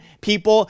people